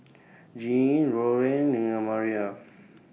Jeanne Lorene Mariah